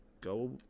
go